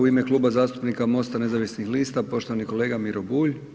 U ime Kluba zastupnika MOST-a nezavisnih lista, poštovani kolega Miro Bulj.